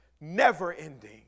never-ending